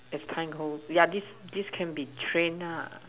as time goes yeah this this can be trained lah